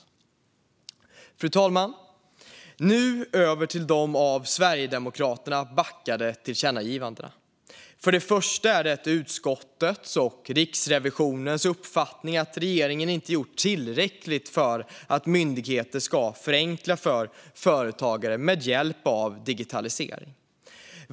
Fru talman! Nu över till de av Sverigedemokraterna backade tillkännagivandena! För det första är det utskottets och Riksrevisionens uppfattning att regeringen inte gjort tillräckligt för att myndigheter ska förenkla för företagare med hjälp av digitalisering.